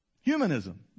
Humanism